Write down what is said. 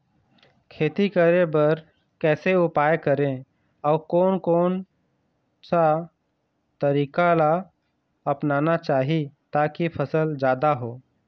खेती करें बर कैसे उपाय करें अउ कोन कौन सा तरीका ला अपनाना चाही ताकि फसल जादा हो?